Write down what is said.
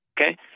Okay